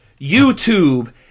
YouTube